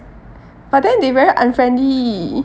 but then they very unfriendly